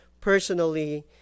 personally